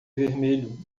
vermelho